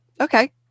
okay